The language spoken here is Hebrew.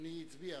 אדוני הצביע.